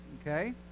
okay